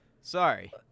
Sorry